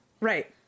Right